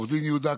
עו"ד יהודה כהן,